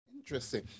Interesting